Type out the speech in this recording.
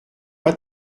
pas